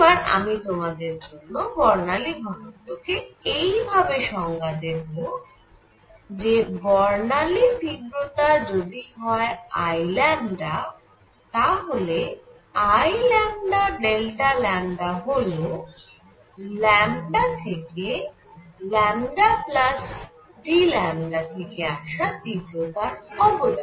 এবার আমি তোমাদের জন্য বর্ণালী ঘনত্ব কে এই ভাবে সংজ্ঞা দেব যে বর্ণালী তীব্রতা যদি হয় Iতাহলে I হল λ থেকে λ Δ থেকে আসা তীব্রতার অবদান